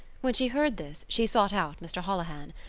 when she heard this, she sought out mr. holohan.